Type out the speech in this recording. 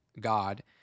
God